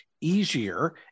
easier